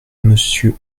monsieur